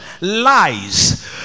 lies